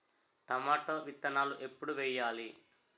Tomato విత్తనాలు ఎప్పుడు వెయ్యాలి?